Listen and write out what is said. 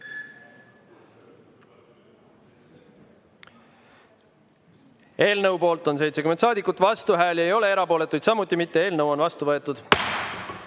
Eelnõu poolt on 72 saadikut, vastuhääli ei ole, erapooletuid samuti mitte. Eelnõu on vastu võetud.